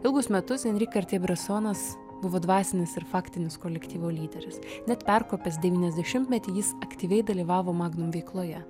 ilgus metus enri kartiė bresonas buvo dvasinis ir faktinis kolektyvo lyderis net perkopęs devyniasdešimtmetį jis aktyviai dalyvavo magnum veikloje